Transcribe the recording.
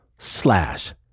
Slash